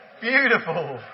Beautiful